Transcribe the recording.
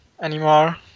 anymore